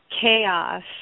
chaos